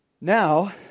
Now